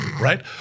right